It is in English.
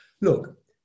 look